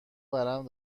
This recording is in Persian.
ورم